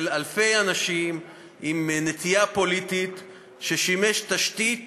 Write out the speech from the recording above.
אלפי אנשים עם נטייה פוליטית ששימש תשתית